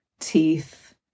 teeth